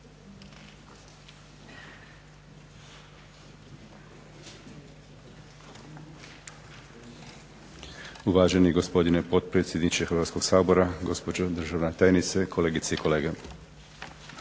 lijepo gospodine potpredsjedniče Hrvatskog sabora, gospođo državna tajnice sa suradnicom, kolegice